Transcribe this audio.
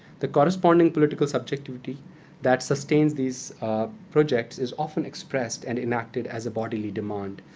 the corresponding political subjectivity that sustains this project is often expressed and enacted as a bodily demand,